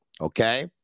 Okay